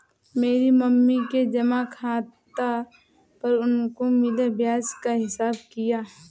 मैंने मम्मी के जमा खाता पर उनको मिले ब्याज का हिसाब किया